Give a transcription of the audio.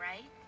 right